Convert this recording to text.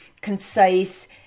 concise